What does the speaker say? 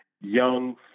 young